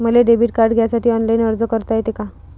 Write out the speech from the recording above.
मले debit card घ्यासाठी online अर्ज करता येते का?